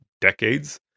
decades